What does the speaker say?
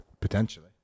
potentially